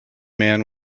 man